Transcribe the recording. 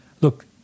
look